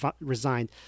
resigned